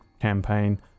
campaign